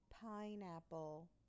pineapple